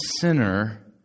sinner